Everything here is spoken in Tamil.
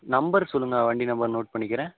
நம்பர் சொல்லுங்கள் வண்டி நம்பர் நோட் பண்ணிக்கிறேன்